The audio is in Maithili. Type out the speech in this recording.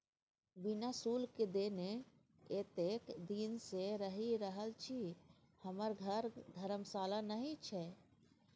बिना शुल्क देने एतेक दिन सँ रहि रहल छी हमर घर धर्मशाला नहि छै